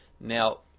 now